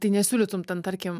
tai nesiūlytum ten tarkim